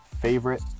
favorite